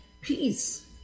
peace